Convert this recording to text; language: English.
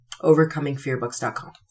Overcomingfearbooks.com